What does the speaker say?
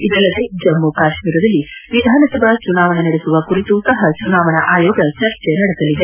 ಇದಲ್ಲದೆ ಜಮ್ಮು ಕಾಶ್ಮೀರದಲ್ಲಿ ವಿಧಾನಸಭಾ ಚುನಾವಣೆ ನಡೆಸುವ ಕುರಿತು ಸಹ ಚುನಾವಣಾ ಆಯೋಗ ಚರ್ಚೆ ನಡೆಸಲಿದೆ